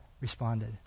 responded